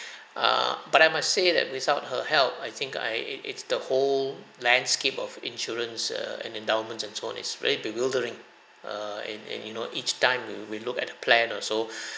err but I must say that without her help I think I it it's the whole landscape of insurance err and endowments and so on it's very bewildering err and and you know each time we we look at the plan also